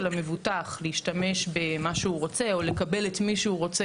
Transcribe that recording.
המבוטח להשתמש במה שהוא רוצה או לקבל את מי שהוא רוצה